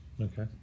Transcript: Okay